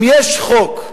אם יש חוק,